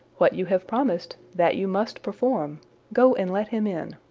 what you have promised, that you must perform go and let him in.